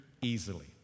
easily